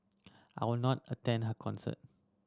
I would not attend her concerts